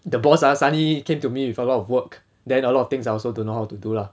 the boss ah suddenly came to me with a lot of work then a lot of things I also don't know how to do lah